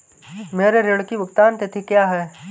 मेरे ऋण की भुगतान तिथि क्या है?